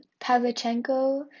Pavlichenko